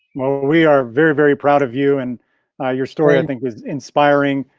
well, we are very, very proud of you. and your story, i think was inspiring.